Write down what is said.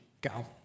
go